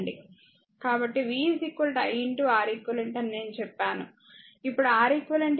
కాబట్టి v i Req అని నేను చెప్పాను